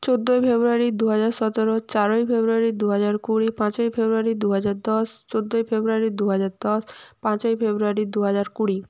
চোদ্দই ফেব্রুয়ারি দু হাজার সতেরো চার ফেব্রুয়ারি দু হাজার কুড়ি পাঁচই ফেব্রুয়ারি দু হাজার দশ চোদ্দই ফেব্রুয়ারি দু হাজার দশ পাঁচই ফেব্রুয়ারি দু হাজার কুড়ি